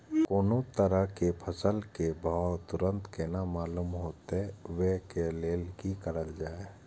कोनो तरह के फसल के भाव तुरंत केना मालूम होते, वे के लेल की करल जाय?